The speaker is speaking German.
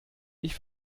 ich